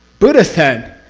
buddha said,